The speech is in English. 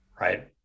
right